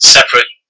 Separate